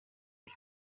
byo